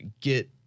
get